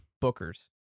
Booker's